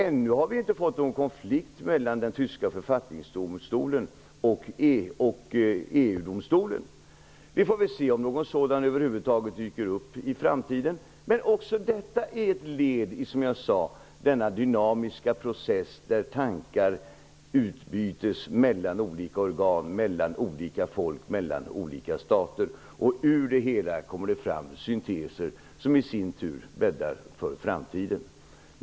Ännu har det inte uppstått någon konflikt mellan den tyska författningsdomstolen och EU domstolen. Vi får se om någon sådan över huvud taget dyker upp i framtiden. Men också detta är som jag sade ett led i den dynamiska process där tankar utbytes mellan olika organ, folk och stater. Ur det hela kommer det fram synteser som i sin tur bäddar för framtiden.